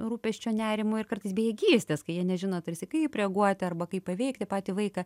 rūpesčio nerimo ir kartais bejėgystės kai jie nežino tarsi kaip reaguoti arba kaip paveikti patį vaiką